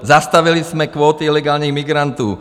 Zastavili jsme kvóty ilegálních migrantů.